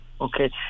Okay